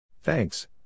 Thanks